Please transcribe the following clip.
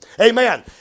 Amen